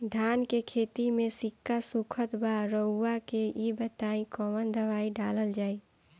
धान के खेती में सिक्का सुखत बा रउआ के ई बताईं कवन दवाइ डालल जाई?